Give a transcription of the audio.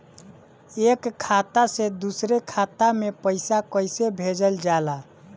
एक खाता से दुसरे खाता मे पैसा कैसे भेजल जाला?